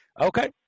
Okay